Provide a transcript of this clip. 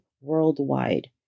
worldwide